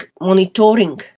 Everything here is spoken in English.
monitoring